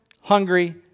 hungry